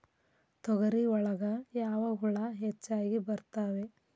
ತೊಗರಿ ಒಳಗ ಯಾವ ಹುಳ ಹೆಚ್ಚಾಗಿ ಬರ್ತವೆ?